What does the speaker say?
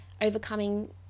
overcoming